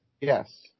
Yes